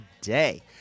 today